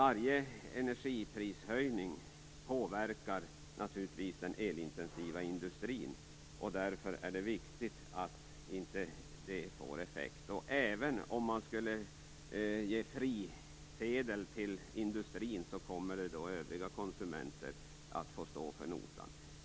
Varje energiprishöjning påverkar naturligtvis den elintensiva industrin. Därför är det viktigt att inte få sådana effekter. Även om man skulle ge frisedel till industrin kommer de övriga konsumenterna att få stå för notan.